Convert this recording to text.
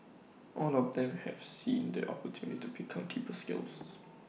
all of them have seen the opportunity to pick up deeper skills